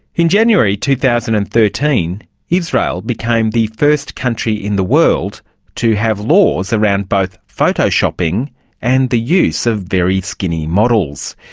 in january two thousand and thirteen israel became the first country in the world to have laws around both photoshopping and the use of very skinny models.